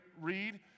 read